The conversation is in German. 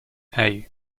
hei